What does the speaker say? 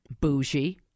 Bougie